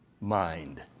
mind